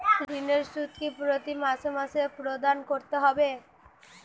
ঋণের সুদ কি প্রতি মাসে মাসে প্রদান করতে হবে?